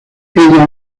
ella